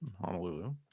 Honolulu